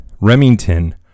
Remington